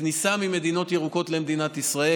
כניסה ממדינות ירוקות למדינת ישראל.